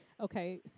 Okay